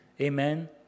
Amen